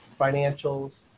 financials